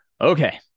Okay